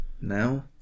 Now